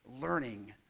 learning